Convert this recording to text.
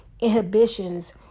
inhibitions